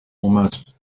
almost